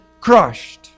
crushed